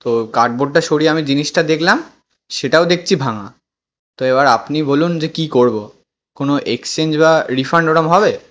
তো কাডর্বোডটা সরিয়ে আমি জিনিসটা দেখলাম সেটাও দেখছি ভাঙা তো এবার আপনি বলুন যে কী করবো কোনও এক্সচেঞ্জ বা রিফাণ্ড ওরকম হবে